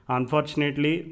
Unfortunately